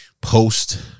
Post